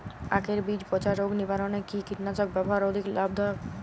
আঁখের বীজ পচা রোগ নিবারণে কি কীটনাশক ব্যবহারে অধিক লাভ হয়?